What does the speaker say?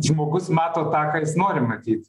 žmogus mato tą ką jis nori matyt